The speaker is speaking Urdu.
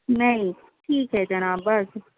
نہیں ٹھیک ہے جناب بس